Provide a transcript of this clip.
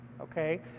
okay